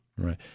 Right